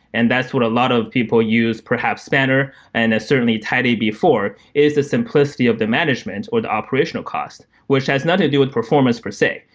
and that's what a lot of people use perhaps spanner and certainly tidb for, is the simplicity of the management or the operational cost, which has nothing to do with performance per se.